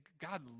God